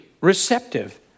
receptive